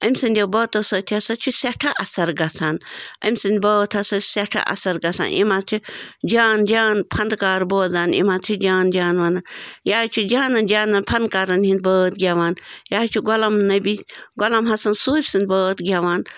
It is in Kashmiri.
أمۍ سٕنٛدیو بٲتو سۭتۍ ہسا چھُ سٮ۪ٹھاہ اَثر گَژھان أمۍ سٕنٛدۍ بٲتھ سٮ۪ٹھاہ اَثر گژھان یِم حظ چھِ جان جان فنٛدکار بوزان یِم حظ چھِ جان جان وَنان یہِ حظ چھِ جانَن جانَن فَنکارَن ہِنٛدۍ بٲتھ گٮ۪وان یہِ حظ چھُ غلام نبی غلام حسن صوٗفۍ سٕنٛدۍ بٲتھ گٮ۪وان